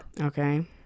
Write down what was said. Okay